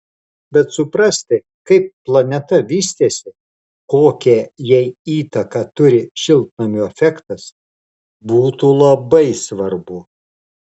bet suprasti kaip planeta vystėsi kokią jai įtaką turi šiltnamio efektas būtų labai svarbu